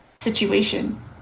situation